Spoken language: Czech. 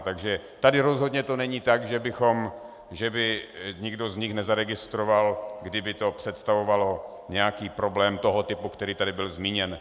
Takže tady rozhodně to není tak, že by nikdo z nich nezaregistroval, kdyby to představovalo nějaký problém toho typu, který tady byl zmíněn.